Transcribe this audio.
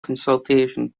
consultation